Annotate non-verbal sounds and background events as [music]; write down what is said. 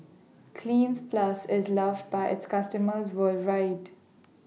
Cleanz Plus IS loved By its [noise] customers worldwide